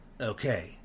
Okay